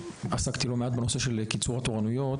עסקתי לא מעט בנושא של קיצור התורנויות